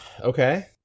Okay